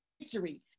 victory